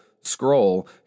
scroll